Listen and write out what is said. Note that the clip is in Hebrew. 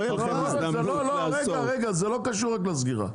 לא, זה לא קשור לסגירה.